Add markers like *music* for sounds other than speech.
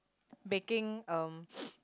baking um *noise*